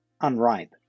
unripe